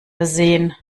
versehen